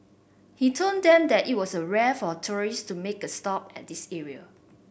he told them that it was rare for tourists to make a stop at this area